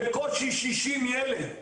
בקושי 60 ילד,